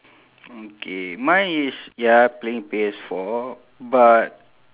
okay mine is ya playing P_S four but